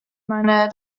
meine